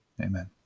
Amen